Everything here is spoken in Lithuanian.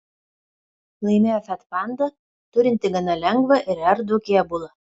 laimėjo fiat panda turinti gana lengvą ir erdvų kėbulą